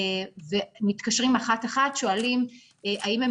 ומתקשרים לאחת אחת ושואלים האם הן